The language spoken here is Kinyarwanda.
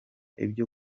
ibyo